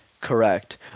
Correct